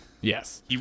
Yes